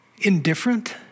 Indifferent